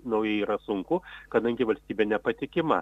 naujai yra sunku kadangi valstybė nepatikima